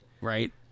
Right